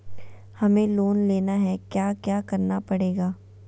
हमें लोन लेना है क्या क्या करना पड़ेगा?